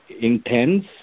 intense